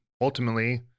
ultimately